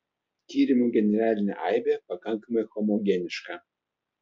tyrimo generalinė aibė pakankamai homogeniška